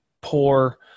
poor